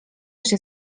się